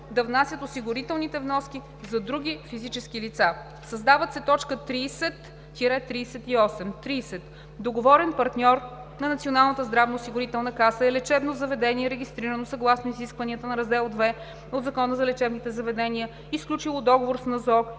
да внасят осигурителни вноски за други физически лица.“ - създават се т. 30 – 38: „30. „Договорен партньор“ на Националната здравноосигурителна каса е лечебно заведение, регистрирано съгласно изискванията на раздел II от Закона за лечебните заведения и сключило договор с НЗОК